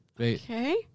Okay